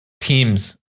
teams